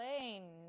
lane